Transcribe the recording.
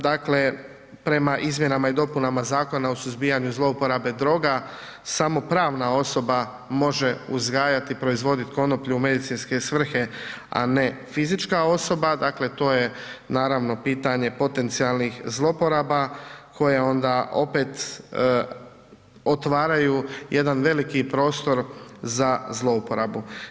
Dakle, prema izmjenama i dopunama Zakona o suzbijanju zlouporabe droga samo pravna osoba može uzgajat i proizvodit konoplju u medicinske svrhe, a ne fizička osoba, dakle to je naravno pitanje potencijalnih zlouporaba koje onda opet otvaraju jedan veliki prostor za zlouporabu.